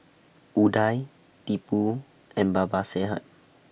Udai Tipu and Babasaheb